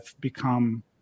become